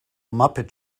muppet